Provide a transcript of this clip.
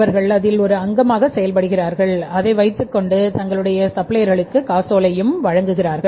அவர்கள் அதில் ஒரு அங்கமாக செயல்படுகிறார்கள் அதை வைத்துக் கொண்டு தங்களுடைய சப்ளையர்க்கு காசோலைகளையும் வழங்குகிறார்கள்